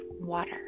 water